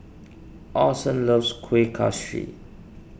Orson loves Kuih Kaswi